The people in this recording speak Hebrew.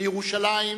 לירושלים,